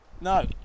No